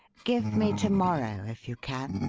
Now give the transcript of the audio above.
give me to-morrow, if you can.